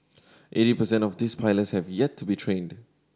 eighty percent of this pilots have yet to be trained